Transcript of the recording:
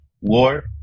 war